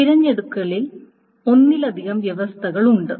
തിരഞ്ഞെടുക്കലിൽ ഒന്നിലധികം വ്യവസ്ഥകൾ ഉണ്ട്